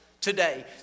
today